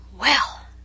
Well